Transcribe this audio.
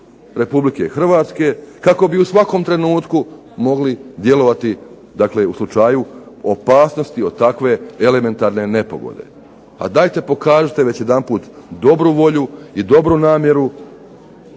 zalihama RH kako bi u svakom trenutku mogli djelovati dakle u slučaju od opasnosti od takve elementarne nepogode. Pa dajte pokažite već jedanput dobru volju i dobru namjeru